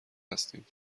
هستیم